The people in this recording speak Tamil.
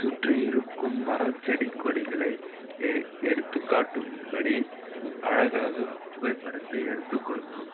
சுற்றி இருக்கும் மரம் செடி கொடிகளை எடு எடுத்துக்காட்டும்படி அழகாக புகைப்படத்தை எடுத்துக் கொடுக்கும்